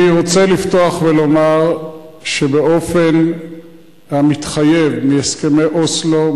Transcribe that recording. אני רוצה לפתוח ולומר שבאופן המתחייב מהסכמי אוסלו,